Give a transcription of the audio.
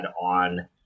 on